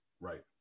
Right